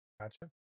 gotcha